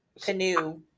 canoe